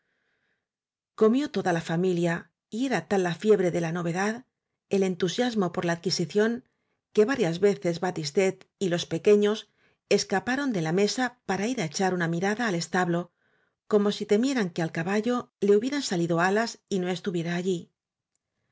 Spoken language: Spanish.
comió toda la familia y era tal la fiebre de la novedad el entusiasmo por la adquisi ción que varias veces batistet y los peque ños escaparon de la mesa para ir á echar una mirada al establo como si temieran que al caballo le hubieran salido alas y no estu viera allí